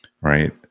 Right